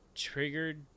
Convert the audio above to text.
triggered